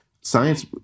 Science